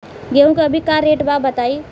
गेहूं के अभी का रेट बा बताई?